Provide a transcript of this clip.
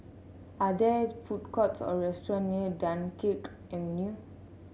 are there food courts or restaurants near Dunkirk Avenue